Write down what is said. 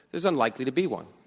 there's unlikely to be one.